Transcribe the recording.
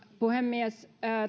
puhemies